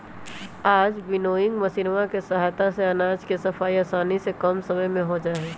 आज विन्नोइंग मशीनवा के सहायता से अनाज के सफाई आसानी से कम समय में हो जाहई